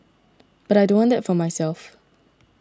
but I don't want that for myself